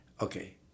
okay